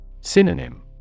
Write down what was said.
Synonym